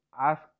ask